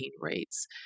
rates